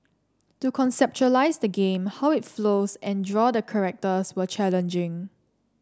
to conceptualise the game how it flows and draw the characters were challenging